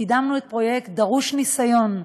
קידמנו את פרויקט דרוש ניסיון.